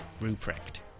Ruprecht